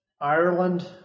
Ireland